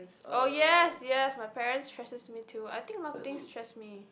oh yes yes my parents stresses me too I think a lot of things stress me